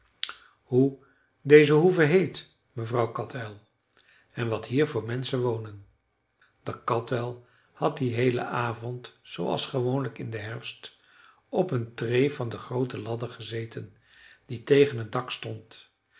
hoe deze hoeve heet mevrouw katuil en wat hier voor menschen wonen de katuil had dien heelen avond zooals gewoonlijk in den herfst op een treê van de groote ladder gezeten die tegen het dak stond